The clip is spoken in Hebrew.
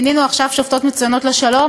מינינו עכשיו שופטות מצוינות לשלום,